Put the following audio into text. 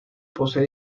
posee